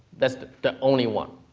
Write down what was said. that's the only one,